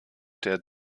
der